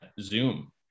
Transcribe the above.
Zoom